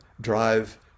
drive